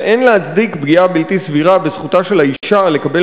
ואין להצדיק פגיעה בלתי סבירה בזכותה של האשה לקבל